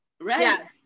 Right